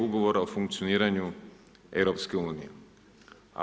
Ugovora o funkcioniranju EU-a.